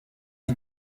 lit